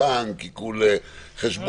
עיקול בנק, עיקול חשבון